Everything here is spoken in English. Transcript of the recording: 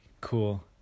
cool